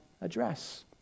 address